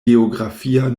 geografia